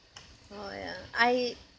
orh ya I